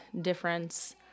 difference